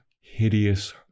hideous